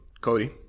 Cody